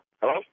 Hello